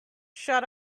shut